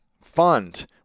Fund